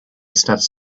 starts